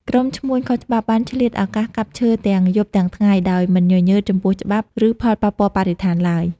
ក្រុមឈ្មួញខុសច្បាប់បានឆ្លៀតឱកាសកាប់ឈើទាំងយប់ទាំងថ្ងៃ ដោយមិនញញើតចំពោះច្បាប់ ឬផលប៉ះពាល់បរិស្ថានឡើយ។